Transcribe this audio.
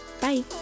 bye